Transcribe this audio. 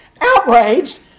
outraged